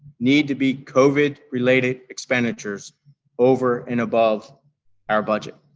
need to be covid-related expenditures over and above our budget.